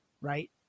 right